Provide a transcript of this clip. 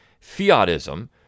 fiatism